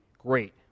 great